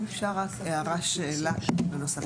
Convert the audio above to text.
אם אפשר רק הערה שאלה בנוסף,